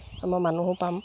আমাৰ মানুহো পাম